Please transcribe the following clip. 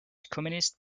communist